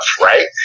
right